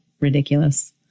ridiculous